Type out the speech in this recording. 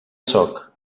sóc